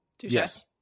yes